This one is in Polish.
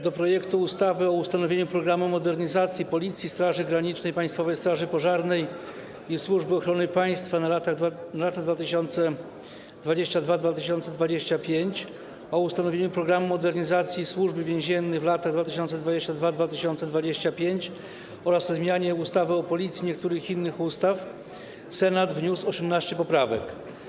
Do ustawy o ustanowieniu „Programu modernizacji Policji, Straży Granicznej, Państwowej Straży Pożarnej i Służby Ochrony Państwa w latach 2022-2025”, o ustanowieniu „Programu Modernizacji Służby Więziennej w latach 2022-2025” oraz o zmianie ustawy o Policji i niektórych innych ustaw Senat wniósł 18 poprawek.